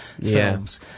films